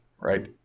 right